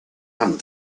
and